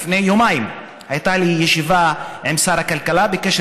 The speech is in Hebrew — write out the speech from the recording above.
לפני יומיים הייתה לי ישיבה עם שר הכלכלה בקשר